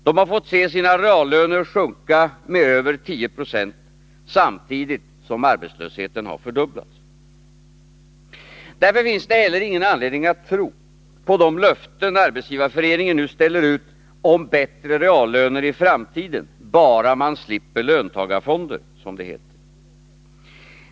De har fått se sina reallöner sjunka med över 10 70, samtidigt som arbetslösheten har fördubblats. Därför finns det heller ingen anledning att tro på de löften Arbetsgivareföreningen nu ställer ut om bättre reallöner i framtiden bara man slipper löntagarfonder, som det heter.